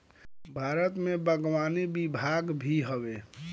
भारत में बागवानी विभाग भी हवे